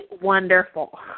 wonderful